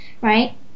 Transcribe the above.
right